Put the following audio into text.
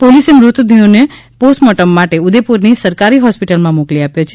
પોલીસે મૃતદેહોને postmortem માટે ઉદેપુરની સરકારી હોસ્પિટલમાં મોકલી આપ્યા છે